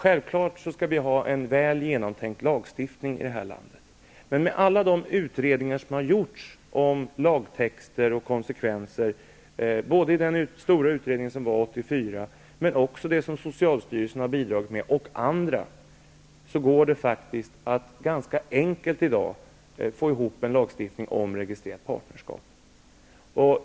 Självfallet skall vi ha en väl genomtänkt lagstiftning i detta land. Men med alla de utredningar som har gjorts om lagtexter och konsekvenser, både den stora utredningen 1984 och det som socialstyrelsen och andra har bidragit med, går det faktiskt att i dag ganska enkelt få ihop en lagstiftning om registrerat partnerskap.